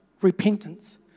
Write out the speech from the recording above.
repentance